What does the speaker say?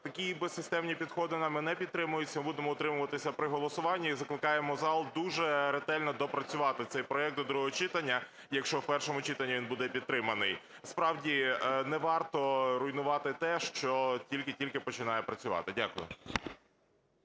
такі безсистемні підходи нами не підтримуються. Будемо утримуватися при голосуванні і закликаємо зал дуже ретельно доопрацювати цей проект до другого читання, якщо в першому читанні він буде підтриманий. Справді не варто руйнувати те, що тільки-тільки починає працювати. Дякую.